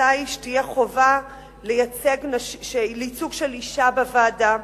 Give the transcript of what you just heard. ההצעה היא שתהיה חובת ייצוג של אשה בוועדה,